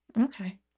Okay